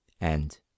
and—